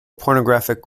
pornographic